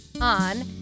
on